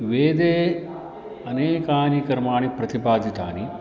वेदे अनेकानि कर्माणि प्रतिपादितानि